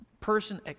person